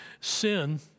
sin